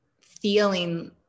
feeling